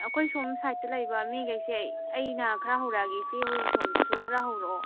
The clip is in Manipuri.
ꯑꯩꯈꯣꯏ ꯁꯣꯝ ꯁꯥꯏꯠꯇ ꯂꯩꯕ ꯃꯤꯒꯩꯁꯦ ꯑꯩꯅ ꯈꯔ ꯍꯧꯔꯛꯑꯒꯦ ꯏꯆꯦ ꯍꯣꯏꯒꯤ ꯁꯣꯝꯗꯁꯨ ꯈꯔ ꯍꯧꯔꯛꯑꯣ